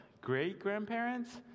great-grandparents